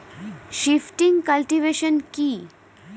Shifting cultivation কি?